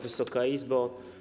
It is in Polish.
Wysoka Izbo!